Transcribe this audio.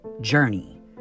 journey